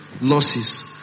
losses